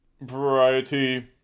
variety